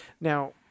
Now